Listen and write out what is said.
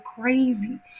crazy